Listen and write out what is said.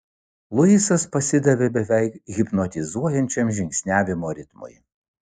luisas pasidavė beveik hipnotizuojančiam žingsniavimo ritmui